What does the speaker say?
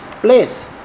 place